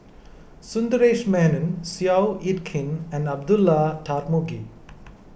Sundaresh Menon Seow Yit Kin and Abdullah Tarmugi